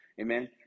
amen